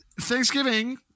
Thanksgiving